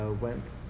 went